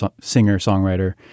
singer-songwriter